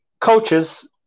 coaches